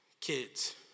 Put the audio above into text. kids